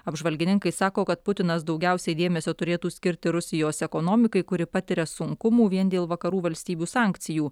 apžvalgininkai sako kad putinas daugiausiai dėmesio turėtų skirti rusijos ekonomikai kuri patiria sunkumų vien dėl vakarų valstybių sankcijų